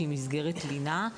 שהיא מסגרת לינה,